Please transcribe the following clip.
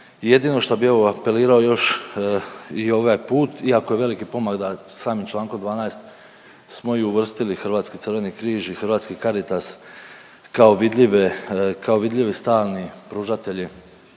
Jedino što bi evo apelirao još i ovaj put iako je veliki pomak da samim čl. 12. smo uvrstili i hrvatski Crveni križ i hrvatski Caritas kao vidljive, kao vidljivi stalni pružatelji